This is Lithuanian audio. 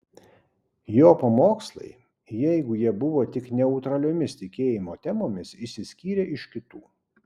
jo pamokslai jeigu jie buvo tik neutraliomis tikėjimo temomis išsiskyrė iš kitų